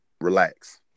relax